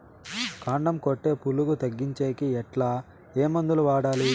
కాండం కొట్టే పులుగు తగ్గించేకి ఎట్లా? ఏ మందులు వాడాలి?